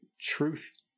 truth